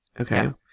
okay